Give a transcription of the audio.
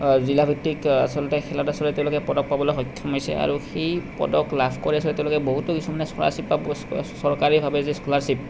জিলাভিত্তিক আচলতে খেলত আচলতে তেওঁলোকে পদক পাবলৈ সক্ষম হৈছে আৰু সেই পদক লাভ কৰি পিছত তেওঁলোকে বহুতো কিছুমানে স্কলাৰশ্বিপ পাব চৰকাৰীভাৱে যে স্কলাৰশ্বিপ